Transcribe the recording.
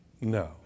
no